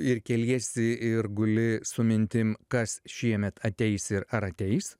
ir keliesi ir guli su mintim kas šiemet ateis ir ar ateis